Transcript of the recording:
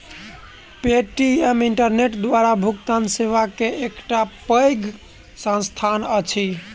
Paytm internet द्वारा भुगतान सेवा के एकटा पैघ संस्थान अछि